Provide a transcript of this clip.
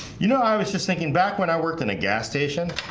you know i was just thinking back when i worked in a gas station,